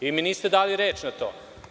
Vi mi niste dali reč na to.